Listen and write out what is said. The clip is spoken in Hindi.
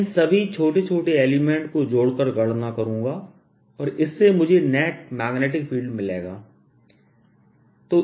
मैं इन सभी छोटे छोटे एलिमेंट को जोड़कर गणना करूंगा और इससे मुझे नेट मैग्नेटिक फील्ड मिलेगा